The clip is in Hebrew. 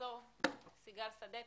פרופסור סיגל סדצקי,